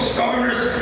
governor's